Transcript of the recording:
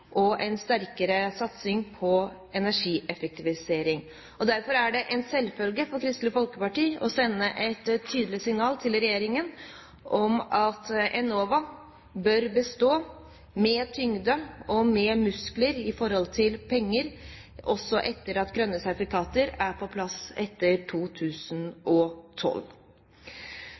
og en sterkere satsing på energieffektivisering. Derfor er det en selvfølge for Kristelig Folkeparti å sende et tydelig signal til regjeringen om at Enova bør bestå, med tyngde og med muskler hva gjelder penger, også etter at grønne sertifikater er på plass etter 2012.